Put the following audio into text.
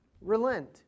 relent